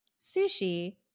sushi